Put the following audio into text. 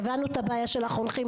הבנו את הבעיה של החונכים,